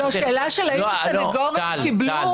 האם הסנגורים קיבלו